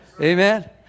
Amen